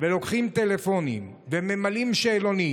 ולוקחים טלפונים וממלאים שאלונים,